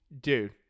Dude